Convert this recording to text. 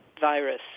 virus